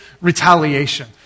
retaliation